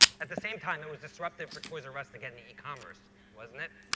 at the same time, it was disruptive for toys-r-us to get into e-commerce, wasn't it?